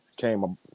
came